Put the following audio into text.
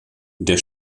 der